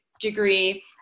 degree